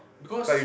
because